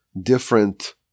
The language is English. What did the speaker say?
different